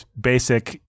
basic